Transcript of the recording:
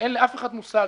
ואין לאף אחד מושג.